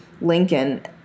Lincoln